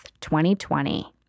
2020